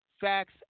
facts